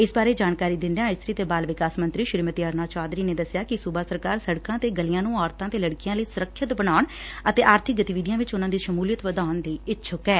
ਇਸ ਬਾਰੇ ਜਾਣਕਾਰੀ ਦਿੰਦਿਆਂ ਇਸਤਰੀ ਤੇ ਬਾਲ ਵਿਕਾਸ ਮੰਤਰੀ ਸ੍ਰੀਮਤੀ ਅਰੁਣਾ ਚੌਧਰੀ ਨੇ ਦਸਿਆ ਕਿ ਸੁਬਾ ਸਰਕਾਰ ਸੜਕਾਂ ਤੇ ਗਲੀਆਂ ਨੁੰ ਔਰਤਾਂ ਤੇ ਲੜਕੀਆਂ ਲਈ ਸੁਰੱਖਿਅਤ ਬਣਾਉਣ ਅਤੇ ਆਰਥਿਕ ਗਤੀਵਿਧੀਆਂ ਵਿਚ ਉਨੂਾਂ ਦੀ ਸ਼ਮੂਲੀਅਤ ਵਧਾਉਣ ਦੀ ਇੱਛੁਕ ਐ